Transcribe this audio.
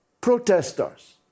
protesters